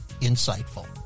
insightful